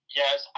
yes